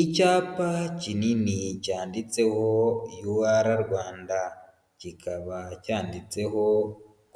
Icyapa kinini cyanditseho UR Rwanda, kikaba cyanditseho